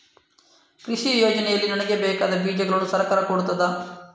ಕೃಷಿ ಯೋಜನೆಯಲ್ಲಿ ನನಗೆ ಬೇಕಾದ ಬೀಜಗಳನ್ನು ಸರಕಾರ ಕೊಡುತ್ತದಾ?